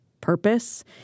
purpose